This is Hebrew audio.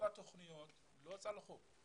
רוב התוכניות לא צלחו.